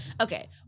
Okay